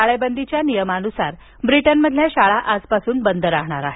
टाळेबंदीच्या नियमानुसार ब्रिटनमधल्या शाळा आजपासून बंद राहणार आहेत